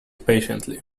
patiently